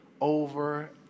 over